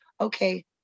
okay